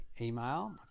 email